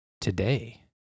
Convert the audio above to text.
today